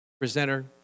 presenter